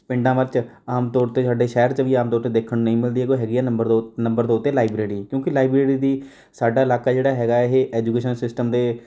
ਪਿੰਡਾਂ ਵਿੱਚ ਆਮ ਤੌਰ 'ਤੇ ਸਾਡੇ ਸ਼ਹਿਰ 'ਚ ਵੀ ਆਮ ਤੌਰ 'ਤੇ ਦੇਖਣ ਨੂੰ ਨਹੀਂ ਮਿਲਦੀ ਹੈਗੀ ਉਹ ਹੈਗੀ ਏ ਨੰਬਰ ਦੋ ਨੰਬਰ ਦੋ 'ਤੇ ਲਾਇਬ੍ਰੇਰੀ ਕਿਉਂਕਿ ਲਾਇਬ੍ਰੇਰੀ ਦੀ ਸਾਡਾ ਇਲਾਕਾ ਜਿਹੜਾ ਹੈਗਾ ਇਹ ਐਜੂਕੇਸ਼ਨ ਸਿਸਟਮ ਦੇ